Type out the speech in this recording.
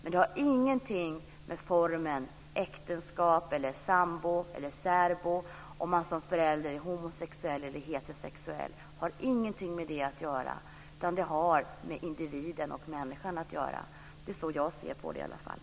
Det har ingenting med samlevnadsformen - äktenskap, samboskap eller särboskap - att göra, och det har ingenting att göra med om man som förälder är homosexuell eller heterosexuell. Det har med individen och människan att göra. Det är i alla fall så jag ser på det.